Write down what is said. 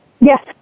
Yes